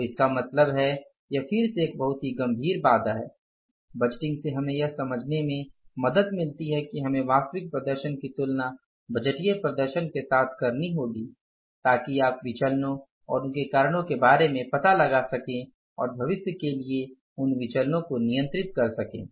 तो इसका मतलब है यह फिर से एक बहुत ही गंभीर बात है बजटिंग से हमें यह समझने में मदद मिलती है कि हमें वास्तविक प्रदर्शन की तुलना बजटीय प्रदर्शन के साथ करनी होगी ताकि आप विचलनो और उनके कारणों के बारे में पता लगा सकें और भविष्य के लिए उन विचलनो को नियंत्रित कर सकें